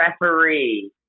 referee